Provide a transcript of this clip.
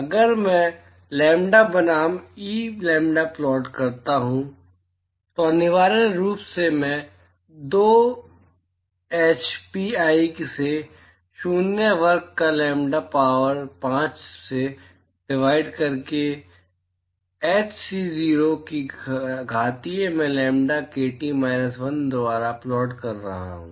अगर मैं लैम्ब्डा बनाम ई लैम्ब्डा प्लॉट करता हूं तो अनिवार्य रूप से मैं 2 एच पीआई सी शून्य वर्ग को लैम्ब्डा पावर 5 से डिवाइड करके एच सी 0 के घातीय में लैम्ब्डा केटी माइनस 1 द्वारा प्लॉट कर रहा हूं